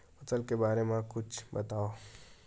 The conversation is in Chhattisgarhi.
फसल के बारे मा कुछु बतावव